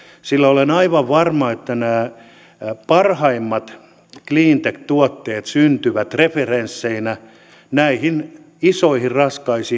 sillä olen aivan varma että parhaimmat cleantech tuotteet syntyvät referensseinä näihin isoihin raskaassa